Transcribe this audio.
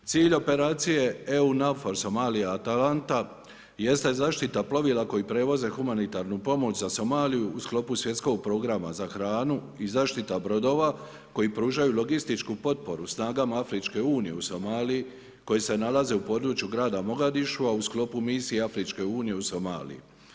Cilj operacije EUNAVFOR SOMALIJA ATALANTA jeste zaštita plovila koji prevoze humanitarnu pomoć za Somaliju u sklopu svjetskog programa za hranu i zaštita brodova koji pružaju logističku potporu snagama afričke unije u Somaliji koji se nalaze u području grada Mogadišu, a u sklopu misije afričke unije u Somaliji.